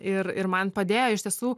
ir ir man padėjo iš tiesų